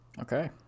okay